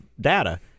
data